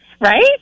Right